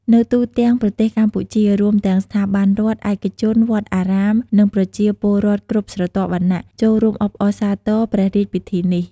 នៅទូទាំងប្រទេសកម្ពុជា រួមទាំងស្ថាប័នរដ្ឋ ឯកជន វត្តអារាម និងប្រជាពលរដ្ឋគ្រប់ស្រទាប់វណ្ណៈ ចូលរួមអបអរសាទរព្រះរាជពិធីនេះ។